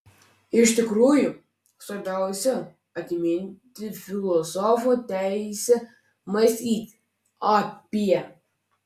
iš tikrųjų svarbiausia atimti iš filosofo teisę mąstyti apie